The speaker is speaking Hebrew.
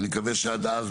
אני מקווה שעד אז,